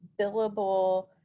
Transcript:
billable